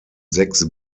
sechs